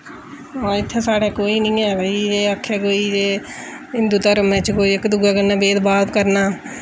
इत्थै साढ़ै कोई निं ऐ भाई एह् आक्खै कोई जे हिन्दू धर्मै च कोई इक दूए कन्नै भेदभाव करना